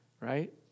right